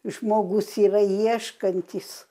žmogus yra ieškantys